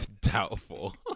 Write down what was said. doubtful